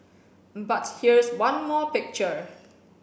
but here's one more picture